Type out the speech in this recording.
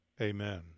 amen